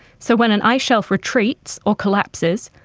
so when an ice shelf retreats or collapses,